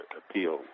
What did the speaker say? appeal